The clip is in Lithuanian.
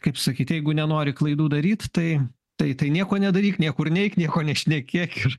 kaip sakyt jeigu nenori klaidų daryt tai tai tai nieko nedaryk niekur neik nieko nešnekėk ir